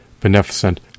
beneficent